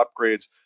upgrades